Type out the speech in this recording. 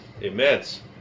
immense